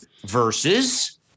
versus